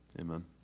Amen